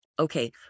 okay